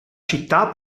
città